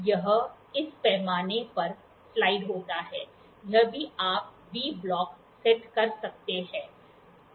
तो यह इस पैमाने पर स्लाइड होता है यह भी आप एक वी ब्लॉक सेट कर सकते हैं